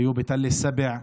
והיו בתל א-סבע,